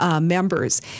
members